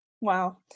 Wow